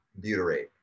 butyrate